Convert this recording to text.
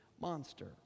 monster